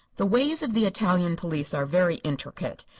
the ways of the italian police are very intricate.